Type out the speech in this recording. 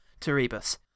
Terebus